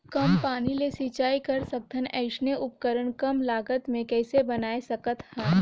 कम पानी ले सिंचाई कर सकथन अइसने उपकरण कम लागत मे कइसे बनाय सकत हन?